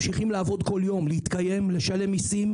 ממשיכים לעבוד כל יום; להתקיים ולשלם מיסים.